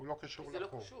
הוא לא קשור לפה.